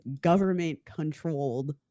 government-controlled